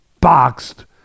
Boxed